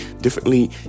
differently